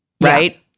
right